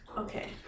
Okay